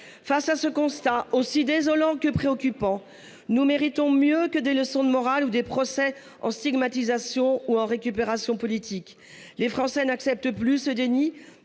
Face à ce constat aussi désolant que préoccupant, nous méritons mieux que des leçons de morale ou des procès en stigmatisation ou en récupération politique. Les Français n’acceptent plus ce déni